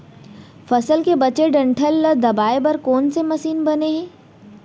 फसल के बचे डंठल ल दबाये बर कोन से मशीन बने हे?